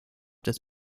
des